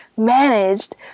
managed